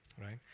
right